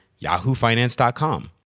yahoofinance.com